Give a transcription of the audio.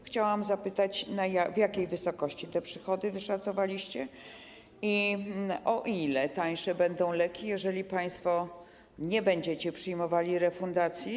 Chciałam zapytać, w jakiej wysokości te przychody wyszacowaliście i o ile tańsze będą leki, jeżeli państwo nie będziecie przyjmowali refundacji.